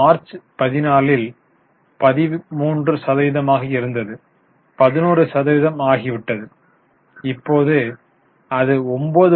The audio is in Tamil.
மார்ச் 14 ல் 13 சதவீதமாக இருந்தது 11 சதவீதம் ஆகிவிட்டது இப்போது அது 9